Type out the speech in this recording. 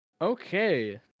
Okay